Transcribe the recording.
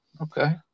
Okay